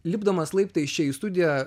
lipdamas laiptais čia į studiją